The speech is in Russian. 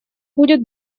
будет